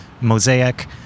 mosaic